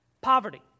poverty